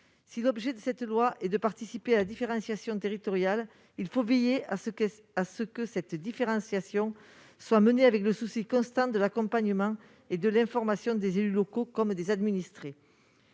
ce projet de loi organique est de contribuer à la différenciation territoriale, il faut veiller à ce que cette différenciation soit menée avec le souci constant de l'accompagnement et de l'information des élus locaux comme des administrés.